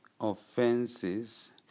offenses